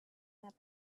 their